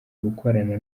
gukorana